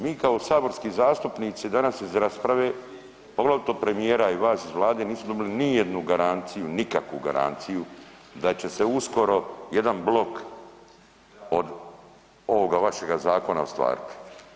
Mi kao saborski zastupnici danas iz rasprave poglavito premijera i vas iz Vlade nismo dobili ni jednu garanciju nikakvu garanciju da će se uskoro jedan blok od ovoga vašega zakona ostvariti.